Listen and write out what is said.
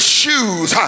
shoes